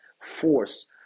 force